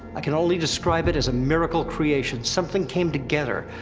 i can only describe it as a miracle creation. something came together.